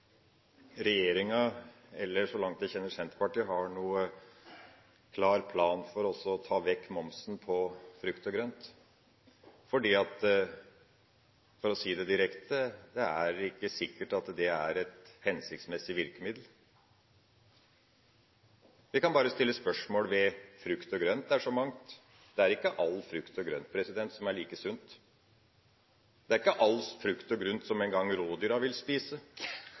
regjeringa eller, så langt jeg kjenner, Senterpartiet har noen klar plan for å ta vekk momsen på frukt og grønt. For å si det direkte: Det er ikke sikkert at det er et hensiktsmessig virkemiddel. Jeg kan bare stille spørsmål ved frukt og grønt. Det er så mangt. Det er ikke all frukt og grønt som er like sunt. Det er frukt og grønt som ikke engang rådyrene vil spise.